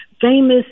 famous